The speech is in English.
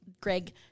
Greg